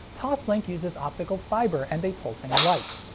toslink uses optical fiber and a pulsing light.